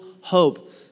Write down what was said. hope